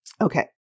Okay